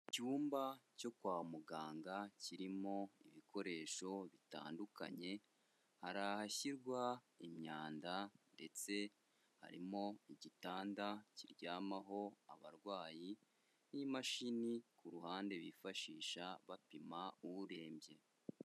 Icyumba cyo kwa muganga kirimo ibikoresho bitandukanye, hari ahashyirwa imyanda ndetse harimo igitanda kiryamaho abarwayi n'imashini ku ruhande bifashisha bapima urembye.